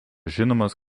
žinomas